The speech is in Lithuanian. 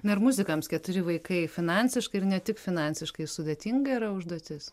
na ir muzikams keturi vaikai finansiškai ir ne tik finansiškai sudėtinga yra užduotis